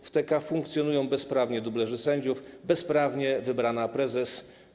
W TK funkcjonują bezprawnie dublerzy sędziów, bezprawnie wybrana prezes.